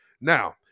Now